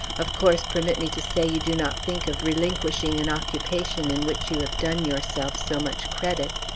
of course permit me to say you do not think of relinquishing an occupation in which you have done yourself so much credit.